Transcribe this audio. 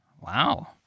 Wow